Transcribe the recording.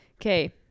Okay